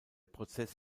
prozess